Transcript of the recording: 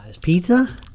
Pizza